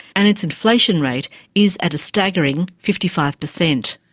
and its inflation rate is at a staggering fifty five percent.